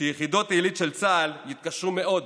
שיחידות עילית של צה"ל יתקשו מאוד